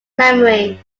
memory